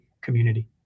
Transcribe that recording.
community